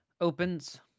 opens